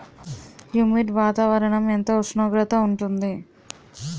Humid వాతావరణం ఎంత ఉష్ణోగ్రత ఉంటుంది?